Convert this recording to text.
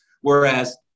whereas